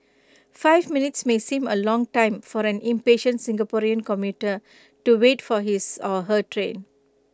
five minutes may seem A long time for an impatient Singaporean commuter to wait for his or her train